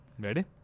ready